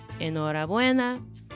enhorabuena